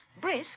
Brisk